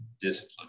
discipline